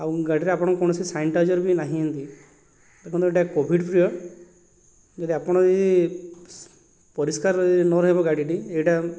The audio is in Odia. ଆଉ ଗାଡ଼ିରେ ଆପଣଙ୍କର କୌଣସି ସାନିଟାଇଜର୍ ବି ନାହିଁ ଏମିତି ଦେଖନ୍ତୁ ଏଟା କୋଭିଡ଼ ପିରିୟଡ଼ ଯଦି ଆପଣ ଯଦି ପରିଷ୍କାର ଯଦି ନ ରହିବ ଗାଡ଼ିଟି ଏହିଟା